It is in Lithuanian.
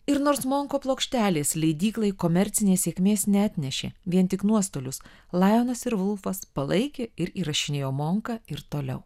ir nors monko plokštelės leidyklai komercinės sėkmės neatnešė vien tik nuostolius lajonas ir volfas palaikė ir įrašinėjo monką ir toliau